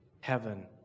heaven